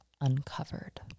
uncovered